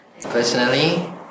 personally